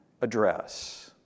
address